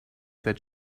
that